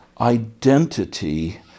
identity